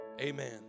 Amen